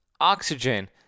Oxygen